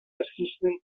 assistant